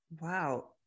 Wow